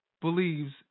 Believes